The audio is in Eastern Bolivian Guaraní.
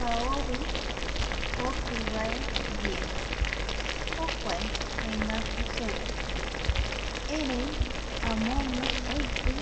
Kaovi jokivae ndie, jokua jeengatu seve. erei amogue oiti